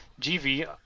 GV